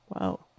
wow